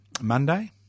Monday